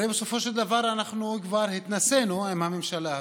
הרי בסופו של דבר אנחנו כבר התנסינו עם הממשלה הזאת,